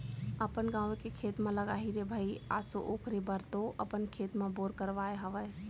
अपन गाँवे के खेत म लगाही रे भई आसो ओखरे बर तो अपन खेत म बोर करवाय हवय